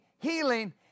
healing